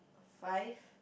five